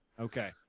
Okay